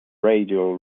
radial